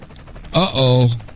uh-oh